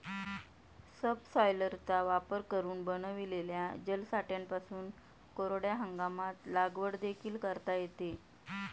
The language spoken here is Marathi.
सबसॉयलरचा वापर करून बनविलेल्या जलसाठ्यांपासून कोरड्या हंगामात लागवड देखील करता येते